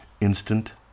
Instant